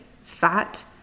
fat